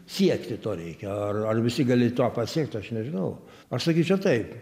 siekti to reikia ar ar visi gali tą pasiekt aš nežinau aš sakyčiau taip